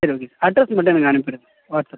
சரி okay sir address மட்டும் எனக்கு அனுப்பிவிடுங்க வாட்ஸ்அப்